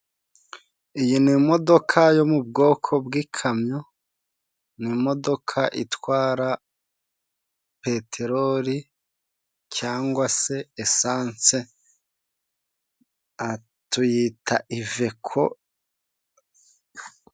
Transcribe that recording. Iyi ni imodoka yo mu bwoko bw'ikamyo, ni imodoka itwara peteroli cyangwa se esanse, tuyita iveko.